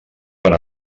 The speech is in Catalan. per